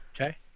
Okay